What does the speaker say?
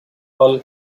all